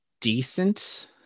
decent